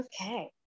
Okay